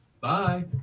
Bye